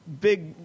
Big